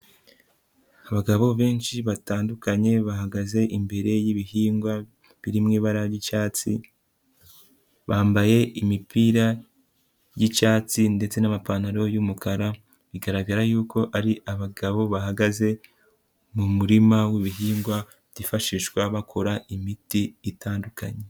Abagabo benshi batandukanye bahagaze imbere y'ibihingwa birimo ibara r'icyatsi, bambaye imipira y'icyatsi ndetse n'amapantaro y'umukara, bigaragara yuko ari abagabo bahagaze mu murima w'ibihingwa byifashishwa bakora imiti itandukanye.